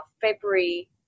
February